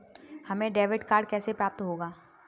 हमें debit card कैसे प्राप्त होगा?